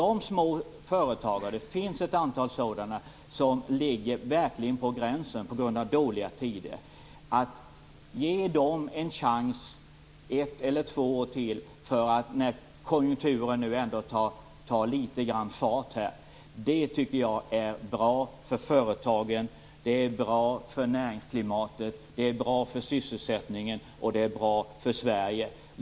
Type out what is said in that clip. Att ge de småföretagare som verkligen ligger på gränsen på grund av dåliga tider - det finns ett antal sådana - en chans i form av ett eller två år till när konjunkturen nu ändå tar litet fart tycker jag är bra för företagen, för näringsklimatet, för sysselsättningen och för Sverige.